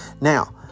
Now